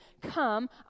Come